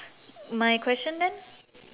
my question then